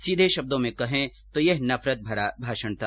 सीधे शब्दों में कहें तो यह नफरत भरा भाषण था